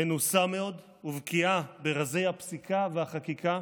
מנוסה מאוד ובקיאה ברזי הפסיקה והחקיקה,